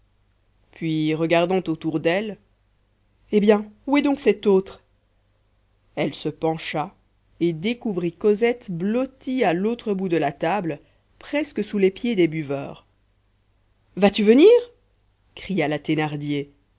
puis regardant autour d'elle eh bien où est donc cette autre elle se pencha et découvrit cosette blottie à l'autre bout de la table presque sous les pieds des buveurs vas-tu venir cria la